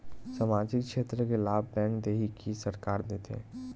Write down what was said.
सामाजिक क्षेत्र के लाभ बैंक देही कि सरकार देथे?